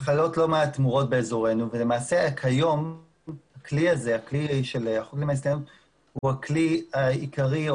חלות לא מעט תמורות באזורנו ולמעשה כיום הכלי הזה הוא הכלי העיקרי או